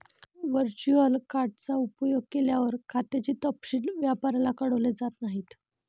virtual card चा उपयोग केल्यावर, खात्याचे तपशील व्यापाऱ्याला कळवले जात नाहीत